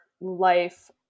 life